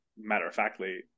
matter-of-factly